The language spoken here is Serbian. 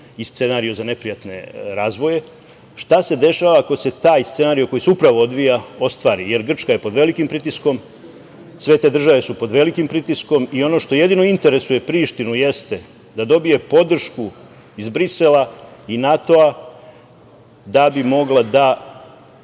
i scenario za neprijatne razvoje? Šta se dešava ako se taj scenario koji se upravo odvija ostvari? Jer, Grčka je pod velikim pritiskom, sve te države su pod velikim pritiskom i ono što jedini interesuje Prištinu jeste da dobije podršku iz Brisela i NATO-a da bi mogla da…Tako